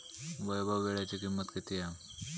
वैभव वीळ्याची किंमत किती हा?